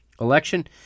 election